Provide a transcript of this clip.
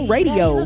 Radio